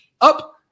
up